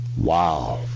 Wow